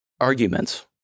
arguments